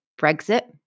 Brexit